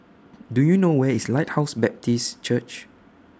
Do YOU know Where IS Lighthouse Baptist Church